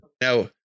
Now